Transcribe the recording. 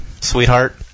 sweetheart